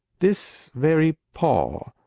this very paw,